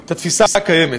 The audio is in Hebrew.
את התפיסה הקיימת.